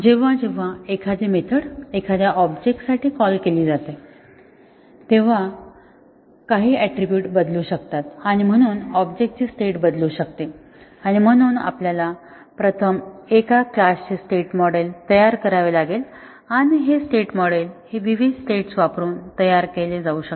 जेव्हा जेव्हा एखादी मेथड एखाद्या ऑब्जेक्टसाठी कॉल केली जाते तेव्हा काही ऍट्रिब्यूट बदलू शकतात आणि म्हणून ऑब्जेक्टची स्टेट बदलू शकते आणि म्हणून आपल्याला प्रथम एका क्लास चे स्टेट मॉडेल तयार करावे लागेल आणि स्टेट मॉडेल हे विविध स्टेट्स वापरून तयार केले जाऊ शकते